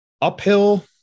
uphill